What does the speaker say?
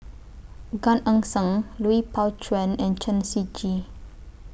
Gan Eng Seng Lui Pao Chuen and Chen Shiji